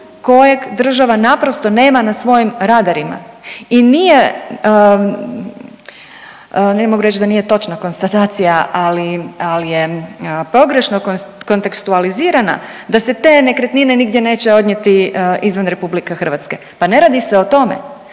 kojeg država naprosto nema na svojim radarima i nije, ne mogu reći da nije točna konstatacija, ali, ali je pogrešno kontekstualizirana da se te nekretnine nigdje neće odnijeti izvan RH. Pa ne radi se o tome,